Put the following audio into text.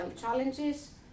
challenges